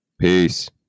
Peace